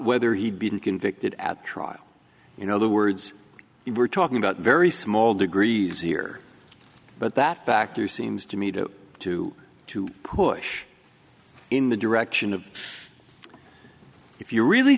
whether he'd been convicted at trial you know the words we're talking about very small degrees here but that factor seems to me to to to push in the direction of if you really